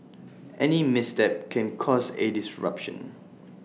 any misstep can cause A disruption